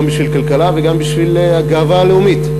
גם בשביל הכלכלה וגם בשביל הגאווה הלאומית.